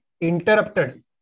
interrupted